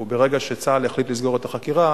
וברגע שצה"ל החליט לסגור את החקירה